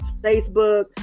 Facebook